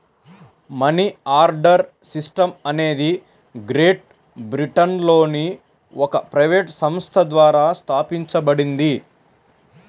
money order system అనేది great బ్రిటన్లోని ఒక ప్రైవేట్ సంస్థ ద్వారా స్థాపించబడింది